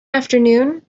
afternoon